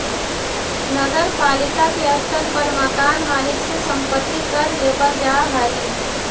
नगर पालिका के स्तर पर मकान मालिक से संपत्ति कर लेबल जा हई